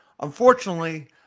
Unfortunately